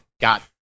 got